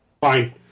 Fine